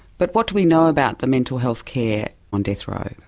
but what do we know about the mental health care on death row?